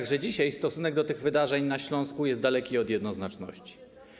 Również dzisiaj stosunek do tych wydarzeń na Śląsku jest daleki od jednoznaczności.